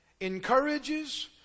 encourages